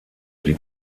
die